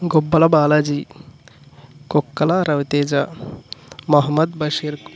Gubbala Balaji Kukkala Raviteja Mohammed Basheer